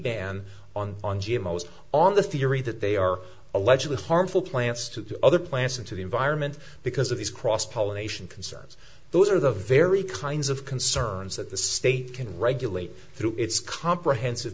o's on the theory that they are allegedly harmful plants to other plants into the environment because of these cross pollination concerns those are the very kinds of concerns that the state can regulate through its comprehensive